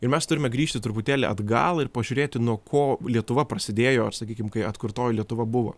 ir mes turime grįžti truputėlį atgal ir pažiūrėti nuo ko lietuva prasidėjo sakykim kai atkurtoji lietuva buvo